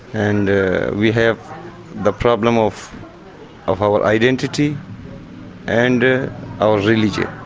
and we have the problem of of our identity and our religion.